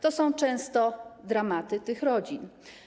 To są często dramaty tych rodzin.